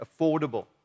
affordable